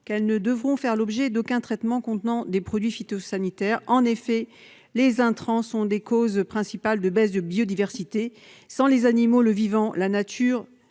elles ne devront faire l'objet d'aucun traitement contenant des produits phytosanitaires. En effet, les intrants sont une des causes principales de baisse de la biodiversité. Sans les animaux, le vivant, la nature